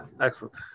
Excellent